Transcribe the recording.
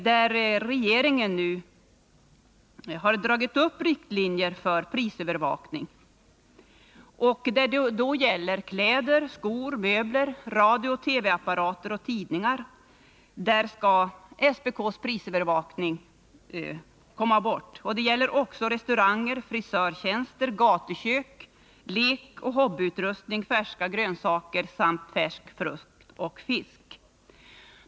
Där anges att regeringen nu har dragit upp riktlinjer för prisövervakningen. När det gäller kläder, skor, möbler, radiooch TV-apparater samt tidningar skall SPK:s prisövervakning tas bort. Det gäller också restauranger, frisörtjänster, gatukök, lekoch hobbyutrustning, färska grönsaker, färsk frukt samt fisk.